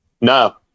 no